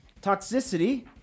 toxicity